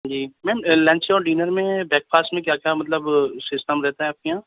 جی ma'am lunch اور dinner میں breakfast میں کیا کیا مطلب سسٹم رہتا ہے آپ کے یہاں